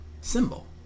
symbol